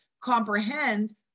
comprehend